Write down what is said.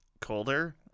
colder